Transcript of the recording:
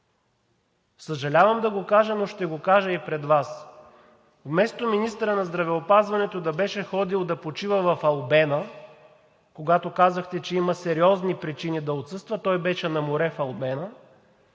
съжалявам да го кажа, но ще го кажа и пред Вас. Вместо министърът на здравеопазването да беше ходил да почива в „Албена“, когато казахте, че има сериозни причини да отсъства, той беше на море в „Албена“,